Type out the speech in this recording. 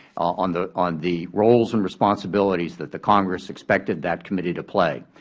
on the on the roles and responsibilities that the congress expected that committee to play.